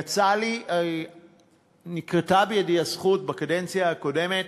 יצא לי, נקרתה בדרכי בקדנציה הקודמת